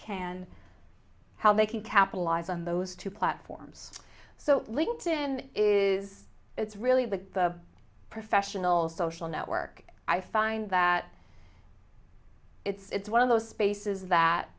can how they can capitalize on those two platforms so linked in is it's really the professional social network i find that it's one of those spaces that